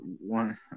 one